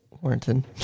Warrington